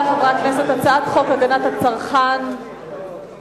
חברי חברי הכנסת: הצעת חוק הגנת הצרכן (תיקון,